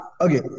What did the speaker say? Okay